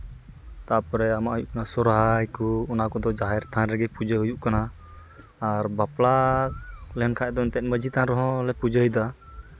ᱛᱟᱨᱯᱚᱨᱮ ᱟᱢᱟᱜ ᱦᱩᱭᱩᱜ ᱠᱟᱱᱟ ᱥᱚᱦᱨᱟᱭ ᱠᱚ ᱚᱱᱟ ᱠᱚᱫᱚ ᱡᱟᱦᱮᱨ ᱛᱷᱟᱱ ᱨᱮᱜᱮ ᱯᱩᱡᱟᱹ ᱦᱩᱭᱩᱜ ᱠᱟᱱᱟ ᱟᱨ ᱵᱟᱯᱞᱟ ᱞᱮᱱᱠᱷᱟᱡ ᱫᱚ ᱮᱱᱛᱮᱜ ᱢᱟᱺᱡᱷᱤ ᱛᱷᱟᱱ ᱨᱮᱦᱚᱸ ᱞᱮ ᱯᱩᱡᱟᱹᱭᱫᱟ